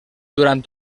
durant